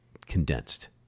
condensed